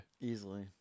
Easily